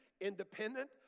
independent